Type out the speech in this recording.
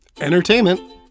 entertainment